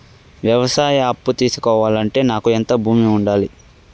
వ్యవసాయ అప్పు తీసుకోవాలంటే నాకు ఎంత భూమి ఉండాలి?